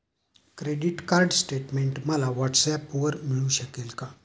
Credit card statement मला व्हॉट्सऍपवर मिळू शकेल का?